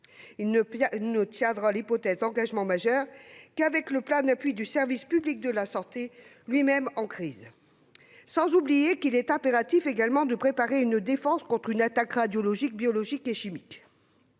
Il ne tiendra l'hypothèse d'engagement majeur qu'avec le plein appui du service public de santé, lui-même en crise. Sans oublier qu'il est également impératif de préparer une défense contre une attaque radiologique, biologique et chimique.